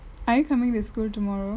are you coming to school tomorrow